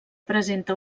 presenta